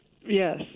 Yes